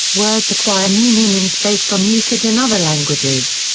words acquire new meanings based on usage in other languages.